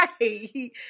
right